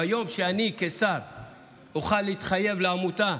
ביום שאני כשר אוכל להתחייב לעמותה